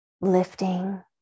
lifting